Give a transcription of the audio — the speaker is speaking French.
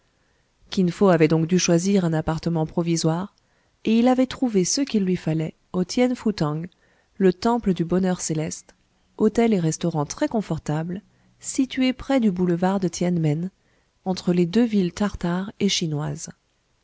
kin fo avait donc dû choisir un appartement provisoire et il avait trouvé ce qu'il lui fallait au tiène fou tang le temple du bonheur céleste hôtel et restaurant très confortable situé près du boulevard de tiène men entre les deux villes tartare et chinoise